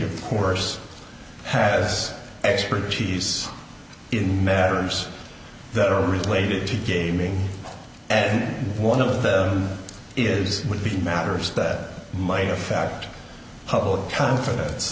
of course has expertise in matters that are related to gaming and one of the is would be matters that might affect public confidence